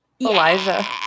Elijah